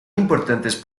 importantes